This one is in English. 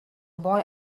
boy